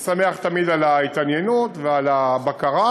אני שמח תמיד על ההתעניינות ועל הבקרה,